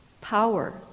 power